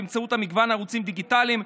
באמצעות מגוון ערוצים דיגיטליים,